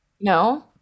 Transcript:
No